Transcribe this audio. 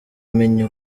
menya